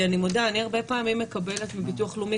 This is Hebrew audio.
אני מודה שהרבה פעמים אני מקבלת מביטוח לאומי